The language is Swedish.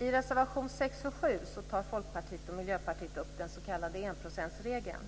I reservation 6 och 7 tar Folkpartiet och Miljöpartiet upp den s.k. enprocentsregeln.